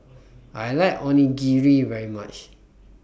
I like Onigiri very much